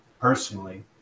personally